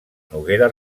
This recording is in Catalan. noguera